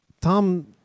tom